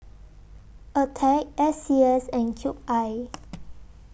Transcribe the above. Attack S C S and Cube I